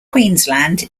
queensland